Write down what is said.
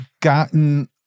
gotten